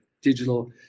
digital